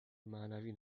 معنوی